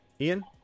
Ian